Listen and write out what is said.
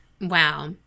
Wow